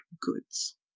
goods